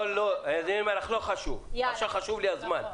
לא חשוב, יותר חשוב לי הזמן.